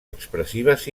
expressives